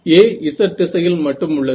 A z திசையில் மட்டும் உள்ளது